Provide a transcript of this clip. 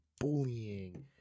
bullying